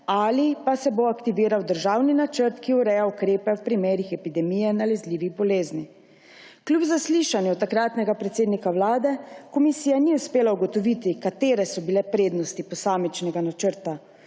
ali pa se bo aktiviral državni načrt, ki ureja ukrepe v primerih epidemije nalezljivih bolezni.« Kljub zaslišanju takratnega predsednika vlade komisija ni uspela ugotoviti, katere so bile prednosti posamičnega načrta,